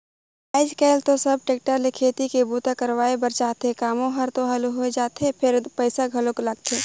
आयज कायल तो सब टेक्टर ले खेती के बूता करवाए बर चाहथे, कामो हर तो हालु होय जाथे फेर पइसा घलो लगथे